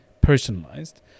personalized